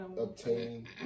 obtain